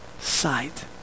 sight